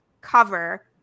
cover